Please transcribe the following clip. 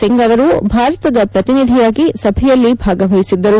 ಸಿಂಗ್ ಅವರು ಭಾರತದ ಪ್ರತಿನಿಧಿಯಾಗಿ ಸಭೆಯಲ್ಲಿ ಭಾಗವಹಿಸಿದ್ದರು